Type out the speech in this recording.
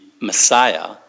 Messiah